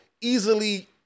easily